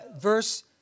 Verse